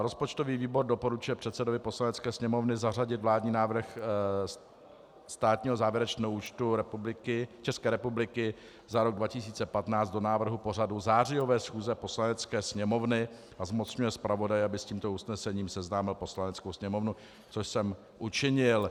Rozpočtový výbor doporučuje předsedovi Poslanecké sněmovny zařadit vládní návrh státního závěrečného účtu České republiky za rok 2015 do návrhu pořadu zářijové schůze Poslanecké sněmovny a zmocňuje zpravodaje, aby s tímto usnesením seznámil Poslaneckou sněmovnu, což jsem učinil.